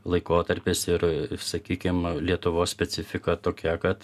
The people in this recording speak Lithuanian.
laikotarpis ir sakykim lietuvos specifika tokia kad